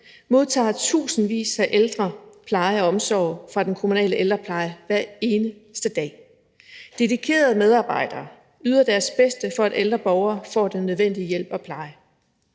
modtager tusindvis af ældre pleje og omsorg fra den kommunale ældrepleje hver eneste dag. Dedikerede medarbejdere yder deres bedste, for at ældre borgere får den nødvendige hjælp og pleje.